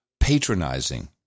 patronizing